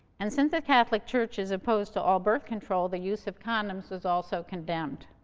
and since the catholic church is opposed to all birth control, the use of condoms was also condemned.